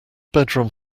bedroom